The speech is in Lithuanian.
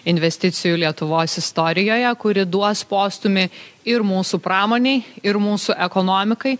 investicijų lietuvos istorijoje kuri duos postūmį ir mūsų pramonei ir mūsų ekonomikai